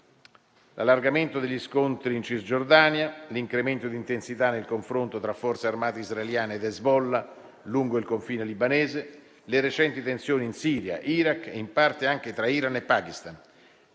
all'allargamento degli scontri in Cisgiordania e l'incremento di intensità nel confronto tra Forze armate israeliane ed Hezbollah lungo il confine libanese, le recenti tensioni in Siria, Iraq e, in parte, anche tra Iran e Pakistan,